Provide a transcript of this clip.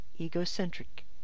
egocentric